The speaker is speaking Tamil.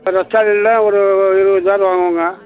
ரஸ்தாளின்னால் ஒரு இருபது தார் வாங்குவோங்க